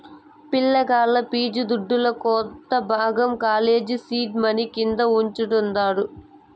పిలగాల్ల ఫీజు దుడ్డుల కొంత భాగం కాలేజీల సీడ్ మనీ కింద వుంచతండారు